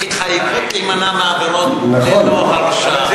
התחייבות להימנע מעבירות ללא הרשעה.